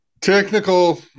technical